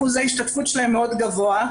אחוז ההשתתפות שלהן מאוד גבוה.